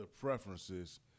preferences